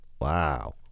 Wow